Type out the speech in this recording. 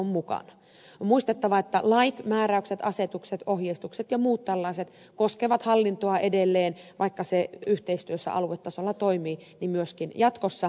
on muistettava että lait määräykset asetukset ohjeistukset ja muut tällaiset koskevat hallintoa edelleen vaikka se yhteistyössä aluetasolla toimii myöskin jatkossa